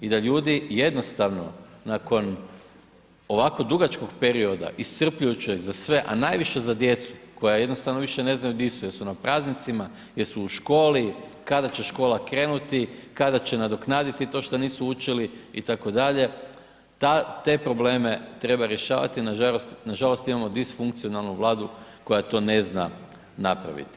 I da ljudi jednostavno nakon ovako dugačkog perioda iscrpljujućeg za sve a najviše za djecu koja jednostavno više ne znaju di su, jesu na praznicima, jesu u školi, kada će škola krenuti, kada će nadoknaditi to što nisu učili itd., te probleme treba rješavati, nažalost, imamo disfunkcionalnu Vladu koja to ne zna napraviti.